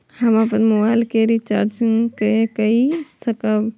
हम अपन मोबाइल के रिचार्ज के कई सकाब?